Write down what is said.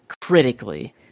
critically